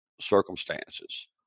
circumstances